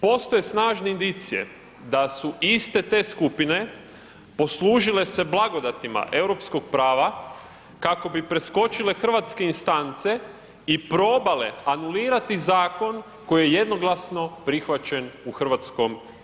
Postoje snažne indicije da su iste te skupine poslužile se blagodatima Europskog prava kako bi preskočile hrvatske instance i probale anulirati zakon koji je jednoglasno prihvaćen u HS.